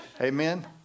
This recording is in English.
amen